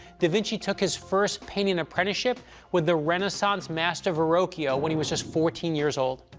da vinci took his first painting apprenticeship with the renaissance master verrocchio when he was just fourteen years old.